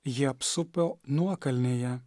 jį apsupo nuokalnėje